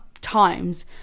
times